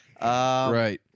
right